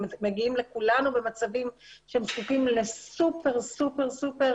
הם מגיעים במצבים שהם זקוקים לסופר סופר סופר